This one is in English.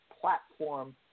platform